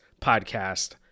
podcast